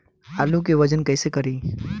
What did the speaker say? आलू के वजन कैसे करी?